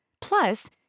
Plus